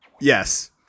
Yes